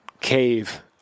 cave